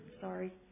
Sorry